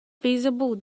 feasible